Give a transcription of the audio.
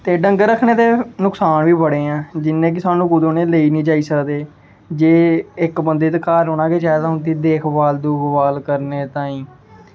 ते डंगर रखने दे नुकसान बी बड़े ऐं जि'यां कि सानूं उ'नें गी कुदै लेई निं जाई सकदे जे इक बंदे ने घर रौह्ना गै चाहिदा उं'दी देख भाल करने ताहीं